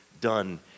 done